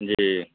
जी